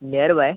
near by